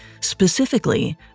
Specifically